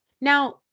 Now